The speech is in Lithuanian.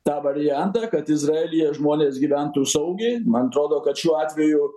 tą variantą kad izraelyje žmonės gyventų saugiai man atrodo kad šiuo atveju